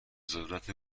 ذرت